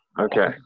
Okay